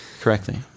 correctly